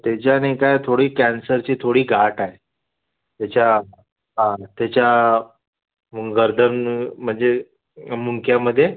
त्याची आणि काय थोडी कॅन्सरची थोडी गाठ आहे त्याच्या आणि त्याच्या गर्दन म्हणजे मुंडक्यामध्ये